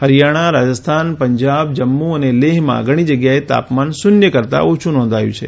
હરિયાણા રાજસ્થાન પંજાબ જમ્મુ અને લેહમાં ઘણી જગ્યાએ તાપમાન શૂન્ય કરતાં ઓછું નોંધાયું છે